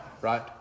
right